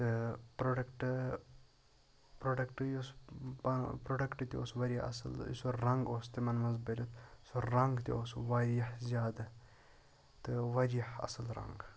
تہٕ product product یُس product تہٕ اوس واریاہ اصل سُہ رَنٛگ اوس تِمَن مَنٛز بٔرِتھ سُہ رَنٛگ تہِ اوس واریاہ زیادٕ تہٕ واریاہ اصل رَنٛگ